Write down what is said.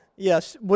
Yes